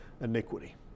iniquity